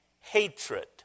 hatred